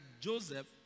Joseph